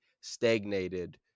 stagnated